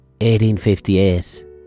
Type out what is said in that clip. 1858